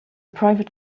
private